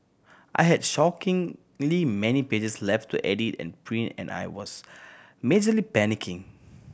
I had shockingly many pages left to edit and print and I was majorly panicking